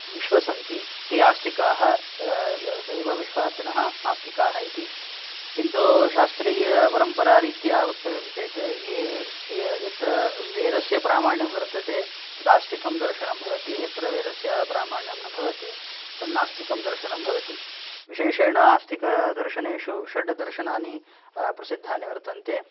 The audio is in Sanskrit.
विश्वसन्ति ते आस्तिकाः दैव अविश्वासिनः नास्तिकाः इति किन्तु शास्त्रीयपरम्परारीत्या वक्तव्यं चेत् ये यत्र वेदस्य प्रामाण्यं वर्तते तदास्तिकं दर्शनं भवति यत्र वेदस्य प्रामाण्यं न भवति तत् नास्तिकं दर्शनं भवति विशेषेण आस्तिकदर्शनेषु षड्दर्शनानि प्रसिद्धानि वर्तन्ते